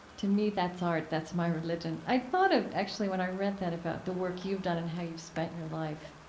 to me, that's art. that's my religion. i thought of, actually, when i read that about the work you've done and how you've spent your life